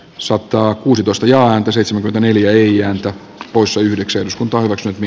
sotaa kuusitoista ja ääntä seitsemän neljä poissa yhdeksän eduskunta hyväksyy j